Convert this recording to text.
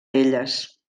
elles